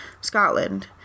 scotland